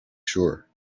sure